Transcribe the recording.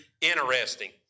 interesting